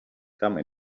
come